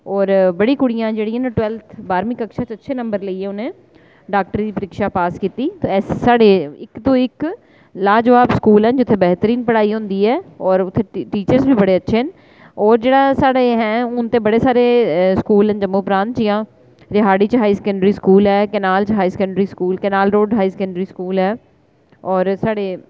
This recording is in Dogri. और बड़ी कुड़ियां जेह्ड़ियां न टवैलथ बाह्रमीें करियै डाक्टरी दी परीक्षा पास कीती साढ़े इक तूं इक लाजबाब स्कूल ऐ बैह्तरीन पढ़ाई होंदी ऐ और ऊत्थै टीचर बी बड़े अच्छे न और जेह्ड़ा साढ़े ऐ हून ते बड़े सारे स्कूल न जम्मू प्रांत च जि'यां रिहाड़ी च हाई सकैंडरी स्कूल ऐ केनाल च high secondary school canal road high secondary school ऐ और साढ़े